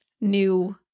new